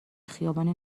خیابانی